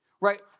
right